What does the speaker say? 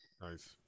nice